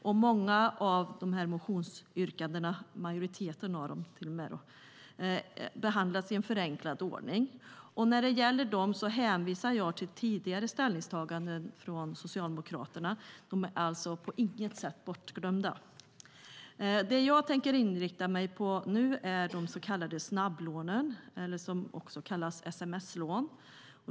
Majoriteten av dessa motionsyrkanden behandlas i en förenklad ordning. När det gäller dessa motionsyrkanden hänvisar jag till tidigare ställningstaganden från Socialdemokraterna. De är alltså på inget sätt bortglömda. Det jag tänker inrikta mig på nu är de så kallade snabblånen, som också kallas sms-lån.